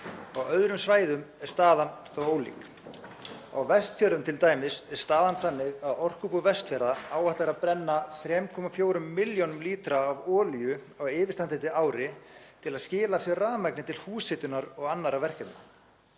Á öðrum svæðum er staðan þó ólík. Á Vestfjörðum t.d. er staðan þannig að Orkubú Vestfjarða áætlar að brenna 3,4 milljónum lítra af olíu á yfirstandandi ári til að skila af sér rafmagni til húshitunar og annarra verkefna.